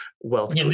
wealth